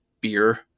beer